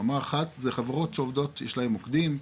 רמה אחת חברות שיש להן מוקדים,